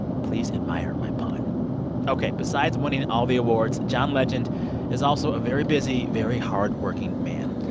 please admire my pun ok. besides winning all the awards, john legend is also a very busy, very hard-working man.